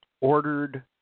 ordered